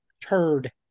Turd